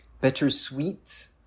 bittersweet